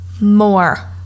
more